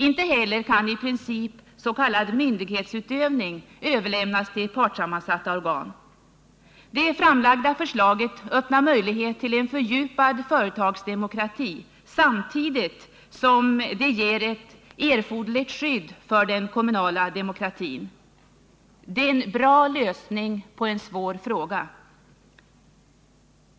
Inte heller kan i princip s.k. myndighetsutövning överlämnas till partssammansatta organ. Det framlagda förslaget öppnar möjlighet till en fördjupad företagsdemokrati samtidigt som det ger ett erforderligt skydd för den kommunala demokratin. Det är en bra lösning på en svår fråga.